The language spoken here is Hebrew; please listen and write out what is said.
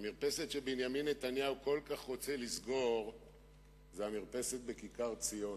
המרפסת שבנימין נתניהו כל כך רוצה לסגור זאת המרפסת בכיכר-ציון.